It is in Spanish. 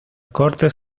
cortes